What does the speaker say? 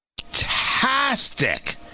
fantastic